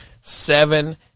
seven